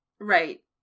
right